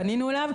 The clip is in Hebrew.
פנינו אליו,